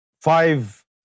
five